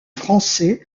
français